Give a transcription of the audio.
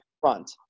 front